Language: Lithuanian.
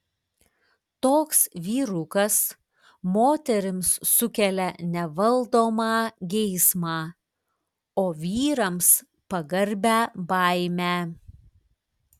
toks vyrukas moterims sukelia nevaldomą geismą o vyrams pagarbią baimę